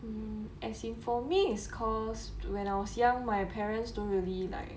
as in for me is cause when I was young my parents don't really like